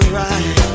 right